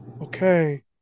Okay